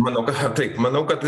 manau kad taip manau kad